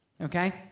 okay